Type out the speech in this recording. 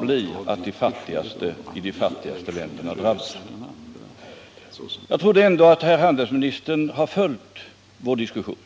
blir att de fattigaste i de fattigaste länderna drabbas. Jag trodde att handelsministern hade följt vår diskussion.